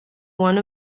one